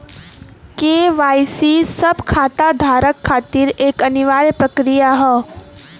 KYC सब खाता धारक खातिर एक अनिवार्य प्रक्रिया हौ